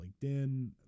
linkedin